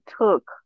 took